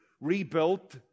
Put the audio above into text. rebuilt